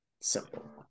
Simple